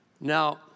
Now